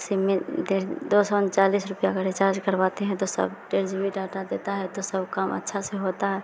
SIM में डेढ़ दो सौ ऊंचालीस रुपये का रिचार्ज करवाते हैं तो सब डेढ़ जी बी डाटा देता है तो सब काम अच्छे से होता है